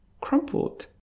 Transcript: crumpled